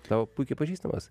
tau puikiai pažįstamos